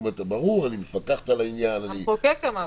ברור, אני מפקחת על העניין --- המחוקק אמר.